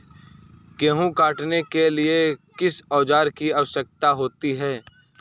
गेहूँ काटने के लिए किस औजार की आवश्यकता होती है?